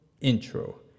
intro